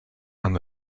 and